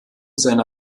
seiner